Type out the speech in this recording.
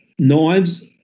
Knives